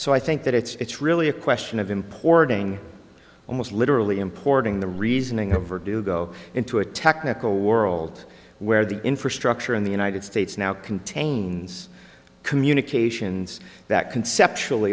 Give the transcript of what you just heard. so i think that it's really a question of importing almost literally importing the reasoning of or do go into a technical world where the infrastructure in the united states now contains communications that c